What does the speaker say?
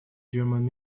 german